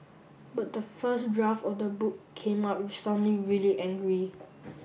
but the first draft of the book came out sounding really angry